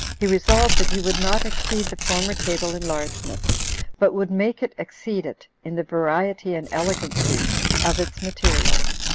he resolved that he would not exceed the former table in largeness but would make it exceed it in the variety and elegancy of its materials.